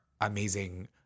amazing